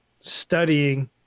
studying